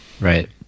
Right